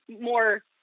more